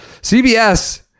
CBS